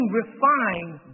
refined